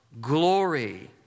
glory